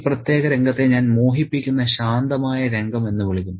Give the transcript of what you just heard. ഈ പ്രത്യേക രംഗത്തെ ഞാൻ വളരെ മോഹിപ്പിക്കുന്ന ശാന്തമായ രംഗം എന്ന് വിളിക്കും